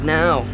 now